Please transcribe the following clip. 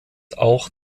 auch